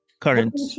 current